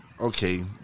Okay